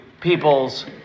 people's